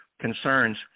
concerns